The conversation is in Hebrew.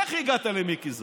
איך הגעת למיקי זוהר?